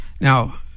Now